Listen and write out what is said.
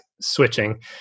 switching